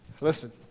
Listen